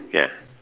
ya